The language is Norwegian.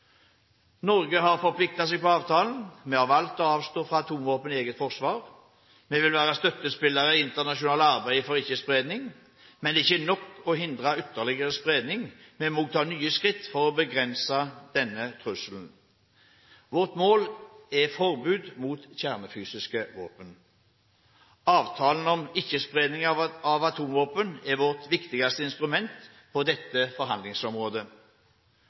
Norge har forpliktet seg til avtalen. Vi har valgt å avstå fra atomvåpen i eget forsvar. Vi vil være støttespillere i internasjonalt arbeid for ikke-spredning. Men det er ikke nok å hindre ytterligere spredning, vi må også ta nye skritt for å begrense denne trusselen. Vårt mål er forbud mot kjernefysiske våpen. Avtalen om ikke-spredning av atomvåpen er vårt viktigste instrument på dette forhandlingsområdet.